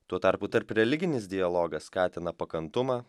tuo tarpu tarpreliginis dialogas skatina pakantumą